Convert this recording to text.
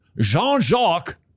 Jean-Jacques